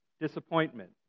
Disappointment